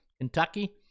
Kentucky